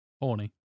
horny